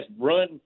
run